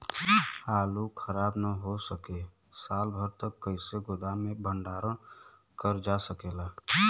आलू खराब न हो सके साल भर तक कइसे गोदाम मे भण्डारण कर जा सकेला?